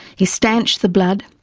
he stanched the blood,